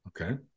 Okay